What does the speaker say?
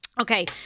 Okay